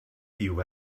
you